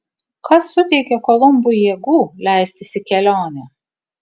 kas suteikė kolumbui jėgų leistis į kelionę